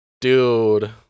Dude